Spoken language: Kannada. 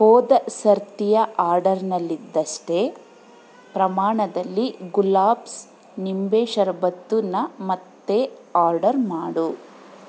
ಹೋದ ಸರತಿಯ ಆರ್ಡರ್ನಲ್ಲಿದ್ದಷ್ಟೇ ಪ್ರಮಾಣದಲ್ಲಿ ಗುಲಾಬ್ಸ್ ನಿಂಬೆ ಶರಬತ್ತನ್ನ ಮತ್ತೆ ಆರ್ಡರ್ ಮಾಡು